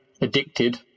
addicted